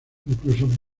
incluso